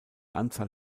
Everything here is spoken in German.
anzahl